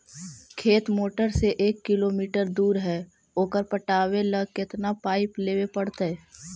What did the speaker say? खेत मोटर से एक किलोमीटर दूर है ओकर पटाबे ल केतना पाइप लेबे पड़तै?